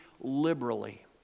liberally